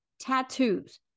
tattoos